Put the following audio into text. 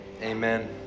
Amen